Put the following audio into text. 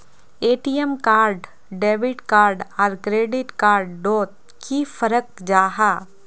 ATM card debit card आर credit card डोट की फरक जाहा?